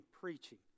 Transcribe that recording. preaching